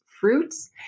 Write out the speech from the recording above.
fruits